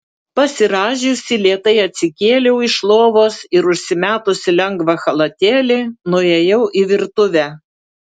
pasirąžiusi lėtai atsikėliau iš lovos ir užsimetusi lengvą chalatėlį nuėjau į virtuvę